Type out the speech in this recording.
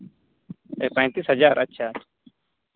ᱥᱟᱸᱭ ᱛᱤᱨᱤᱥ ᱦᱟᱡᱟᱨ ᱟᱪᱪᱷᱟ